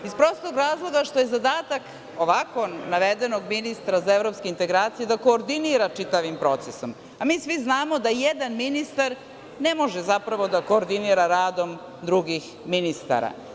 Iz prostog razloga što je zadatak ovako navedenog ministra za evropske integracije da koordinira čitavim procesom, a mi svi znamo da jedan ministar ne može zapravo da koordinira radom drugih ministara.